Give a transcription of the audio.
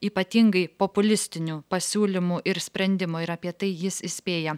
ypatingai populistinių pasiūlymų ir sprendimų ir apie tai jis įspėja